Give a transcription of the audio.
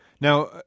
Now